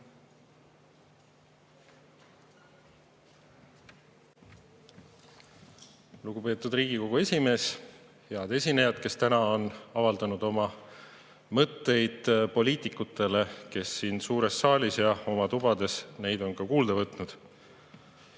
Lugupeetud Riigikogu esimees! Head esinejad, kes täna on avaldanud oma mõtteid poliitikutele, kes siin suures saalis ja oma tubades neid on ka kuulda võtnud!